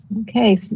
Okay